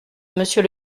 monsieur